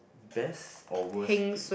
best or worst thing